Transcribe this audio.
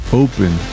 open